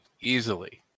easily